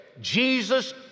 Jesus